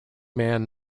man